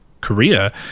Korea